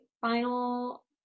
final